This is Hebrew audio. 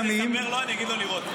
אספר לו, אגיד לו לראות.